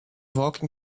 walking